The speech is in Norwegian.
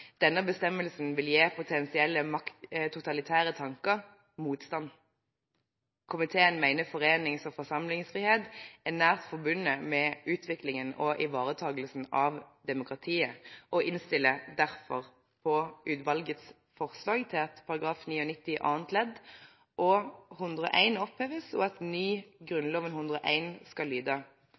Denne bestemmelsen vil gi potensielle totalitære tanker motstand. Komiteen mener at forenings- og forsamlingsfrihet er nært forbundet med utviklingen og ivaretakelsen av demokratiet og innstiller derfor på utvalgets forslag til at § 99 annet ledd og § 101 oppheves, og at ny § 101 skal lyde: